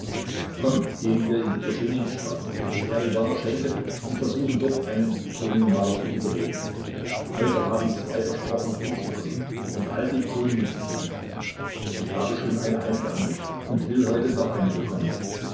komm gehen wir in die boscheninstraße in die eriwaner schenke und versuchen dort einen ikonenmaler zu überreden heute haben zwei versprochen hinzukommen und alte ikonen mitzubringen ich habe schon eine eingehandelt und will heute noch eine bekommen